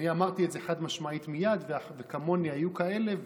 אני אמרתי את זה חד-משמעית מייד, וכמוני היו כאלה.